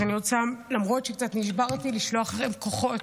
אז למרות שקצת נשברתי, אני רוצה לשלוח להן כוחות.